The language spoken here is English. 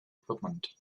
equipment